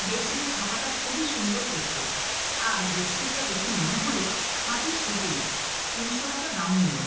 বেডশিটের ছাপাটা খুবই সুন্দর দেখতে আর বেডশিটটা দেখে মনে হলো খাঁটি সুতির তিনশো টাকা দাম নিলো